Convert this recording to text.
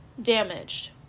damaged